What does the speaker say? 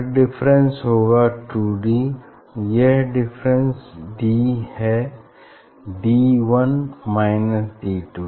path difference होगा two D यह difference D है D one minus D to